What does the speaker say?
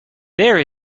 there